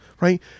Right